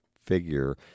figure